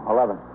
Eleven